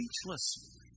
speechless